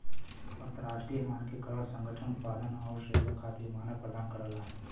अंतरराष्ट्रीय मानकीकरण संगठन उत्पाद आउर सेवा खातिर मानक प्रदान करला